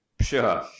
Sure